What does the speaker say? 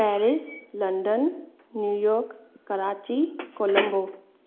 Paris London New York Karachi Colombo